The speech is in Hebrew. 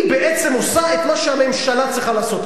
היא בעצם עושה את מה שהממשלה צריכה לעשות,